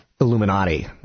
Illuminati